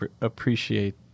appreciate